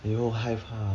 !aiyo! 害怕